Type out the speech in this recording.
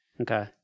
Okay